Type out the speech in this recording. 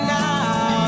now